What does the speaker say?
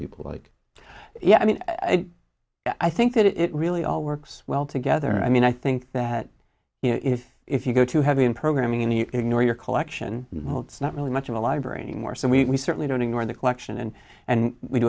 people like yeah i mean i think that it really all works well together i mean i think that if if you go to her in programming in the ignore your collection oh it's not really much of a library anymore so we certainly don't ignore the collection and and we